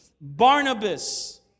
Barnabas